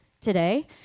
today